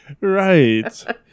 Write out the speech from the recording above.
Right